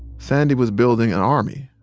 sandy was building an army.